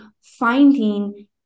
finding